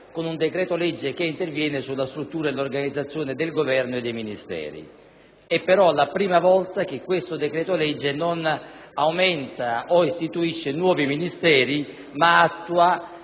con un decreto-legge che interviene sulla struttura e l'organizzazione del Governo e dei Ministeri. È però la prima volta che questo decreto-legge non aumenta o istituisce nuovi Ministeri, ma attua